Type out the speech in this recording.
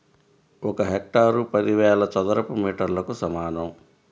ఒక హెక్టారు పదివేల చదరపు మీటర్లకు సమానం